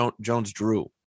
Jones-Drew